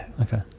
Okay